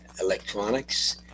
electronics